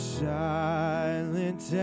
silent